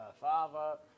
father